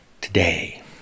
today